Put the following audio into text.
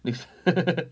next